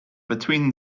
between